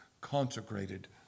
consecrated